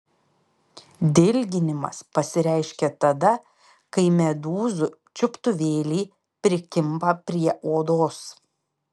dilginimas pasireiškia tada kai medūzų čiuptuvėliai prikimba prie odos